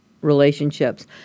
relationships